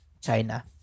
China